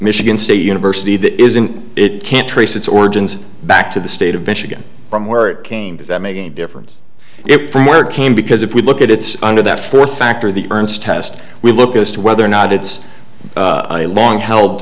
michigan state university that isn't it can't trace its origins back to the state of michigan from where it came does that make any difference it from where it came because if we look at it's under that fourth factor the urns test we look at as to whether or not it's a long held